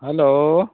hello